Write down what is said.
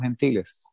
gentiles